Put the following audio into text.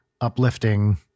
uplifting